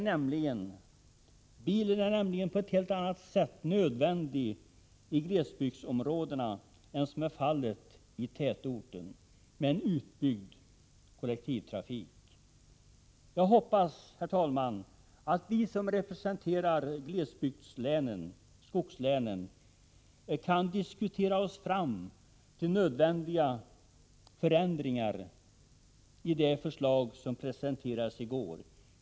Bilen är nämligen på ett helt annat sätt nödvändig i glesbygdsområdena än i tätorten med en utbyggd kollektivtrafik. Jag hoppas, herr talman, att vi som representerar glesbygdslänen — skogslänen — kan diskutera oss fram till nödvändiga förändringar i det förslag som presenterades i går.